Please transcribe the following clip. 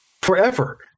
forever